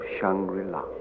Shangri-La